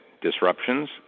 Disruptions